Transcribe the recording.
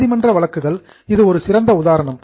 நீதிமன்ற வழக்குகள் இது ஒரு சிறந்த உதாரணம்